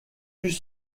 plus